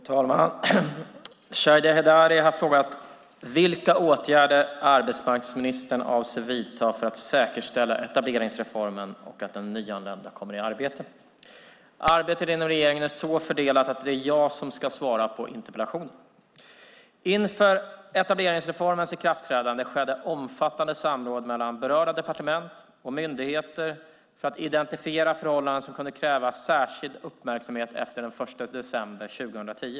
Fru talman! Shadiye Heydari har frågat vilka åtgärder arbetsmarknadsministern avser att vidta för att säkerställa etableringsreformen och att den nyanlända kommer i arbete. Arbetet inom regeringen är så fördelat att det är jag som ska svara på interpellationen. Inför etableringsreformens ikraftträdande skedde omfattande samråd mellan berörda departement och myndigheter för att identifiera förhållanden som kunde kräva särskild uppmärksamhet efter den 1 december 2010.